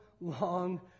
long